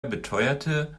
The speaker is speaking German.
beteuerte